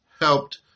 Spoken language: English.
helped